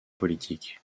politiques